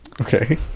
Okay